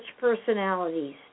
personalities